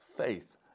Faith